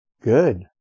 Good